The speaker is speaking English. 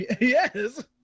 Yes